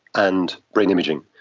and brain imaging.